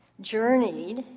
journeyed